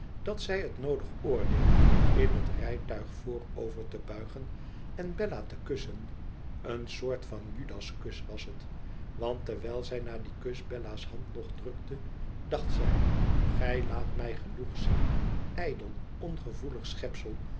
dat zij het noodig oordeelde in het rijtuig voorover te buigen en bella te kussen een soort van judaskus was het want terwijl zij na dien kus bella's hand nog drukte dacht zij gij laat mij genoeg zien ijdel